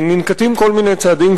ננקטים כל מיני צעדים,